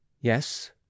Yes